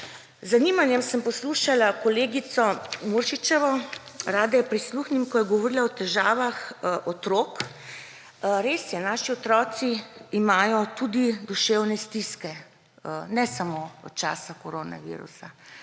zanimanjem sem poslušala kolegico Muršič, rada ji prisluhnem, ko je govorila o težavah otrok. Res je, naši otroci imajo tudi duševne stiske, ne samo od časa koronavirusa,